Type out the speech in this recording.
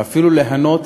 ואפילו ליהנות